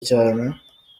cyane